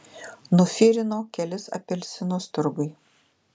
nufirino kelis apelsinus turguj